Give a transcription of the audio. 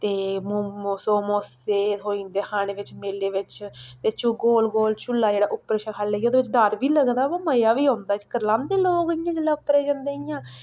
ते मोमो शोमो एह् थ्होई जंदे खाने बिच्च मेले बिच्च ते गोल गोल झुला जेह्ड़ा उप्पर शा ख'ल्ल लेइयै ओह्दे बिच्च डर बी लगदा बो मजा बी औंदा करलांदे लोक इ'यां जेल्लै उप्परे गी जंदे इ'यां